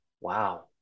Wow